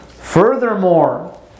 Furthermore